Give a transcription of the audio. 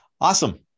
awesome